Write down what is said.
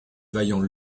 vaillant